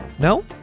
No